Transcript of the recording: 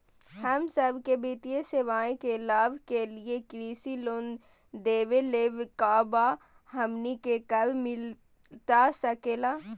हम सबके वित्तीय सेवाएं के लाभ के लिए कृषि लोन देवे लेवे का बा, हमनी के कब मिलता सके ला?